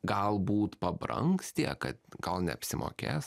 galbūt pabrangs tiek kad gal neapsimokės